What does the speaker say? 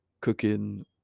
cooking